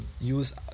use